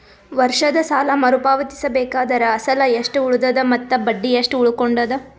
ವರ್ಷದ ಸಾಲಾ ಮರು ಪಾವತಿಸಬೇಕಾದರ ಅಸಲ ಎಷ್ಟ ಉಳದದ ಮತ್ತ ಬಡ್ಡಿ ಎಷ್ಟ ಉಳಕೊಂಡದ?